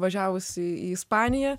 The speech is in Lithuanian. važiavusi į ispaniją